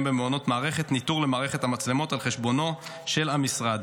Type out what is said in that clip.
במעונות מערכת ניטור למערכת המצלמות על חשבונו של המשרד.